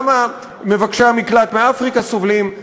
גם מבקשי המקלט מאפריקה סובלים,